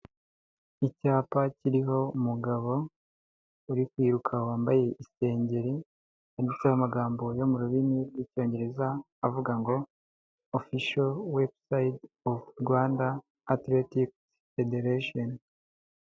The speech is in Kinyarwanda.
Icyapa kiriho umugabo uri kwiruka wambaye isengeri, yanditseho amagambo yo mu rurimi rw'Icyongereza, avuga ngo ofisho webusayiti ofu Rwanda atiletiki federeshoni.